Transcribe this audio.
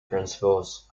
principles